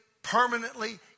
Permanently